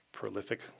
prolific